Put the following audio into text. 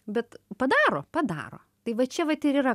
bet padaro padaro tai va čia vat ir yra